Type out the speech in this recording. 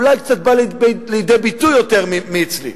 אולי קצת בא לידי ביטוי קצת יותר מאצלי,